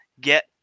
Get